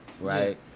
Right